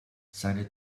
seine